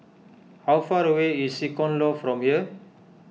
how far away is Icon Loft from here